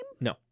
No